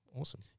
Awesome